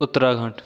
Uttarakhand